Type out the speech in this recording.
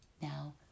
now